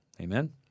Amen